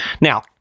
Now